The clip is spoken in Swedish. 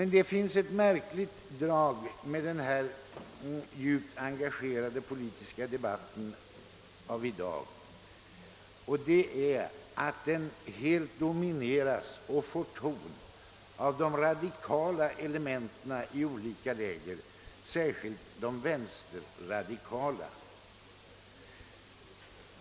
Det finns emellertid ett märkligt drag i den djupt engagerade politiska debatten av i dag, nämligen att den helt domineras och får ton av de radikala elementen i olika läger, särskilt de vänsterradikala.